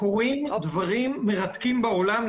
קורים דברים מרתקים בעולם.